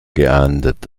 geahndet